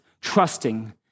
trusting